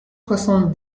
soixante